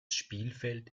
spielfeld